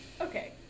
Okay